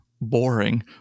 boring